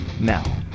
now